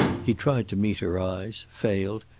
he tried to meet her eyes, failed,